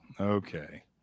Okay